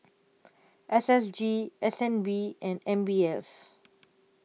S S G S N B and M B S